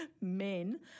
men